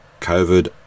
COVID